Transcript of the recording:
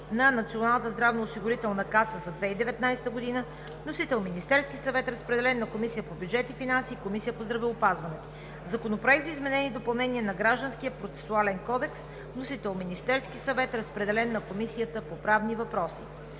на Националната здравноосигурителна каса за 2019 г. Вносител е Министерският съвет. Разпределен е на Комисията по бюджет и финанси и на Комисията по здравеопазване. Законопроект за изменение и допълнение на Гражданския процесуален кодекс. Вносител е Министерският съвет. Разпределен е на Комисията по правни въпроси.